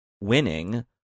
winning